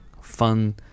fun